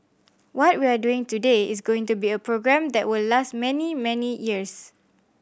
what we're doing today is going to be a program that will last many many years